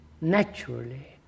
naturally